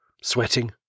Sweating